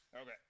Okay